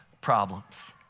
problems